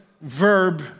verb